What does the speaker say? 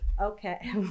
okay